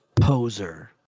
Poser